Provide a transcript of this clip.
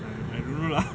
I I don't know lah